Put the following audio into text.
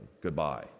Goodbye